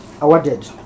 awarded